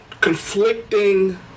conflicting